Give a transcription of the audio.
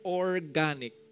organic